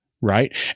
right